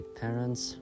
parents